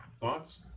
thoughts